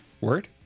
Word